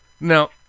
Now